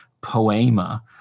poema